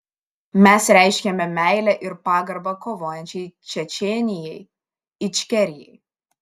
mes reiškiame meilę ir pagarbą kovojančiai čečėnijai ičkerijai